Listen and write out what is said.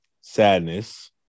sadness